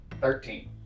Thirteen